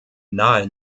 nahe